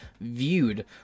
viewed